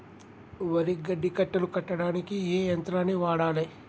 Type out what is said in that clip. వరి గడ్డి కట్టలు కట్టడానికి ఏ యంత్రాన్ని వాడాలే?